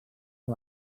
que